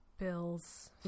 bill's